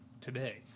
today